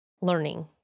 learning